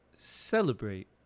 celebrate